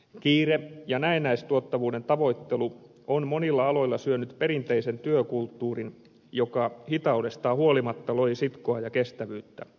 kiire ja näennäistuottavuuden tavoittelu on monilla aloilla syönyt perinteisen työkulttuurin joka hitaudestaan huolimatta loi sitkoa ja kestävyyttä